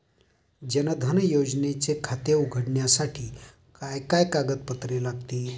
जनधन योजनेचे खाते उघडण्यासाठी काय काय कागदपत्रे लागतील?